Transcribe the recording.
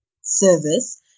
service